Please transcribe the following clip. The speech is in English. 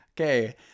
Okay